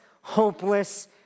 hopeless